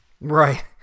Right